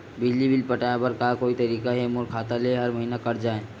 बिजली बिल पटाय बर का कोई तरीका हे मोर खाता ले हर महीना कट जाय?